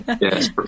yes